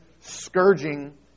scourging